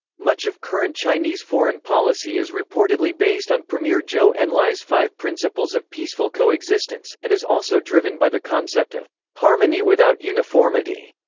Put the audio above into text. much of current chinese foreign policy is reportedly based on premier zhou enlai's five principles of peaceful coexistence, and is also driven by the concept of harmony without uniformity,